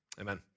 Amen